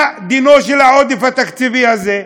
מה דינו של העודף התקציבי הזה?